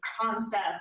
concept